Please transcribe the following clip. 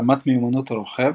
רמת מיומנות הרוכב,